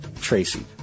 Tracy